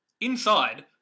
Inside